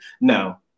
No